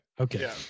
Okay